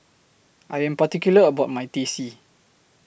I Am particular about My Teh C